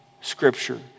Scripture